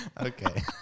okay